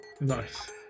Nice